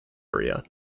area